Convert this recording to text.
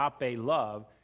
love